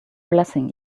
blessing